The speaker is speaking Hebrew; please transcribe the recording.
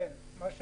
כן.